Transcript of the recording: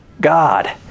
God